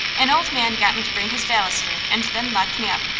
an old man got me to bring his valise here, and then locked me up.